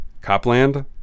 Copland